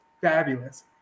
fabulous